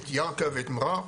את ירכא ואת מע'אר,